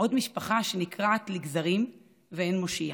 עוד משפחה שנקרעת לגזרים, ואין מושיע.